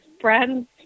friends